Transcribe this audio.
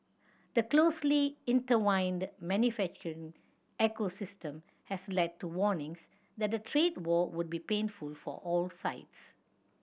the closely intertwined manufacturing ecosystem has led to warnings that a trade war would be painful for all sides